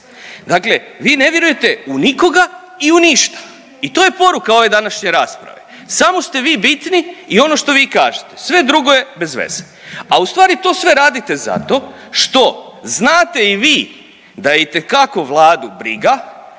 dakle vi ne vjerujete u nikoga i u ništa i to je poruka ove današnje rasprave, samo ste vi bitni i ono što vi kažete, sve drugo je bezveze, a ustvari to sve radite zato što znate i vi da itekako Vladu briga